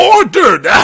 ordered